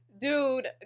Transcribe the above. dude